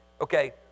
okay